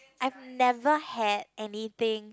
I've never had anything